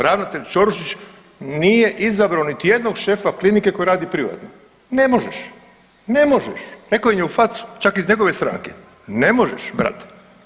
Ravnatelj Čorušić nije izabrao niti jednog šefa klinike koji radi privatno, ne možeš, ne možeš, rekao im je u facu čak iz njegove stranke, ne možeš brate.